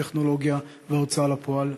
טכנולוגיה ומידע וההוצאה לפועל?